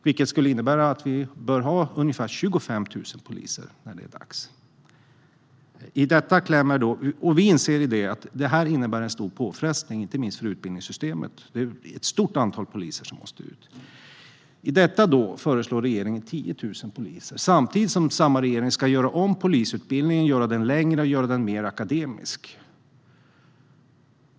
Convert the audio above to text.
Det skulle innebära att vi bör ha ungefär 25 000 poliser när det är dags. Vi inser att detta innebär en stor påfrestning, inte minst för utbildningssystemet. Det är ett stort antal poliser som måste ut. I detta föreslår regeringen 10 000 poliser - samtidigt som samma regering ska göra om polisutbildningen, göra den längre och mer akademisk.